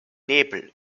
nebel